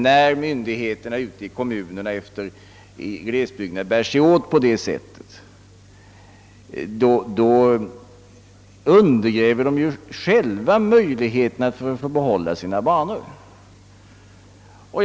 När myndigheterna ute i glesbygdskommunerna bär sig åt på detta sätt undergräver de själva möjligheten att få behålla sin järnväg.